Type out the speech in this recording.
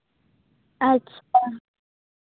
ᱟᱪᱪᱷᱟ